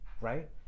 right